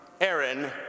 Aaron